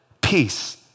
Peace